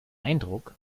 eindruck